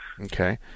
Okay